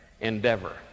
endeavor